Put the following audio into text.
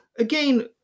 Again